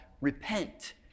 Repent